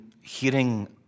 hearing